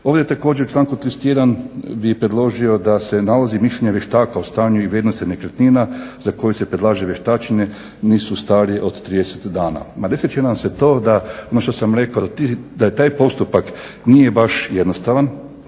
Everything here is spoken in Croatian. Ovdje također u članku 31. bih predložio da se nalozi i mišljenje vještaka o stanju i vrijednosti nekretnina za koju se predlaže vještačenje nisu stariji od 30 dana. Desit će nam se to deinstitucionalizacija ono što sam rekao da taj postupak nije baš jednostavan